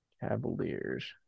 Cavaliers